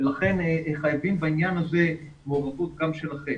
לכן חייבים בעניין הזה מעורבות גם שלכם.